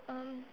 um